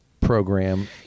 program